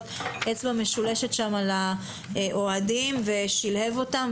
פתאום אצבע משולשת לאוהדים ולשלהב אותם,